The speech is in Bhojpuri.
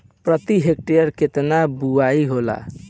प्रति हेक्टेयर केतना बुआई होला?